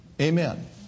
Amen